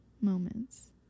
moments